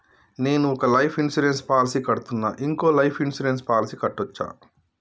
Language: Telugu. నేను ఒక లైఫ్ ఇన్సూరెన్స్ పాలసీ కడ్తున్నా, ఇంకో లైఫ్ ఇన్సూరెన్స్ పాలసీ కట్టొచ్చా?